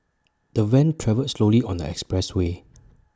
the van travelled slowly on the expressway